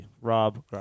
Rob